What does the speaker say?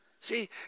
See